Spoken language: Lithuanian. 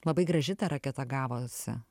labai graži ta raketa gavosi